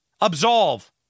absolve